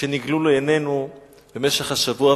שנגלו לעינינו במשך השבוע,